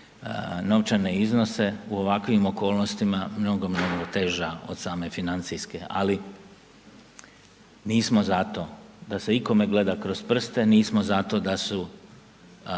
novčane iznose u ovakvim okolnostima mnogo, mnogo teža od same financijske, ali nismo za to da se ikome gleda kroz prste, nismo za to da